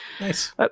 Nice